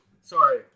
Sorry